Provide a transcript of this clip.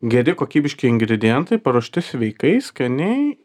geri kokybiški ingredientai paruošti sveikai skaniai